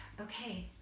okay